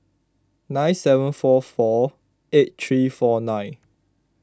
nine seven four four eight three four nine